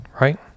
right